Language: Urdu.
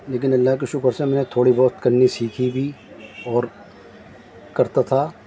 لیکن اللہ کے شکر سے میں نے تھوڑی بہت کرنی سیکھی بھی اور کرتا تھا